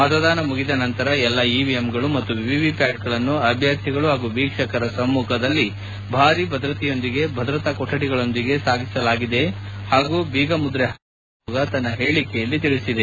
ಮತದಾನ ಮುಗಿದ ನಂತರ ಎಲ್ಲಾ ಇವಿಎಂಗಳು ಮತ್ತು ವಿವಿಪ್ಲಾಟ್ಗಳನ್ನು ಅಭ್ಯರ್ಥಿಗಳು ಹಾಗೂ ವೀಕ್ಷಕರ ಸಮ್ಮುಖದಲ್ಲಿ ಭಾರಿ ಭದ್ರತೆಯೊಂದಿಗೆ ಭದ್ರತಾ ಕೊಠಡಿಗಳೊಂದಿಗೆ ಸಾಗಿಸಲಾಗಿದೆ ಹಾಗೂ ಬೀಗಮುದ್ರೆ ಹಾಕಲಾಗಿದೆ ಎಂದು ಆಯೋಗ ತನ್ನ ಹೇಳಿಕೆಯಲ್ಲಿ ತಿಳಿಸಿದೆ